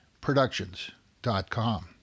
Productions.com